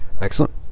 excellent